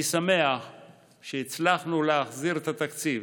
אני שמח שהצלחנו להחזיר את התקציב